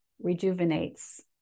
rejuvenates